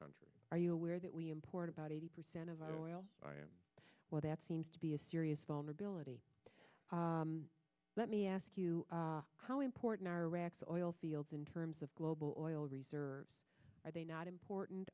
country are you aware that we import about eighty percent of our oil well that seems to be a serious vulnerability let me ask you how important iraq's oil fields in terms of global oil reserves are they not important